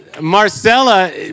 Marcella